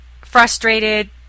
frustrated